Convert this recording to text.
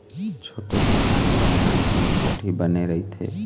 छोटे किसान घर नानकुन कोठी बने रहिथे